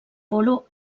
polo